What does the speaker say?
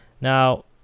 now